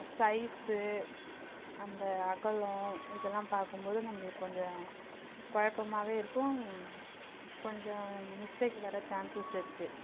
size அந்த அகலம் இதெலாம் பார்க்கும்போது நம்மளுக்கு கொஞ்சம் குழப்பமாவே இருக்கும் கொஞ்சம் மிஸ்டேக் வர சான்சஸ் இருக்குது